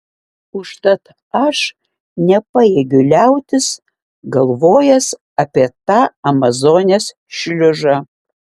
užtat aš nepajėgiu liautis galvojęs apie tą amazonės šliužą